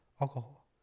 Alcohol